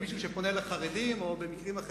בכל פעם שאני שומע מישהו שפונה לחרדים,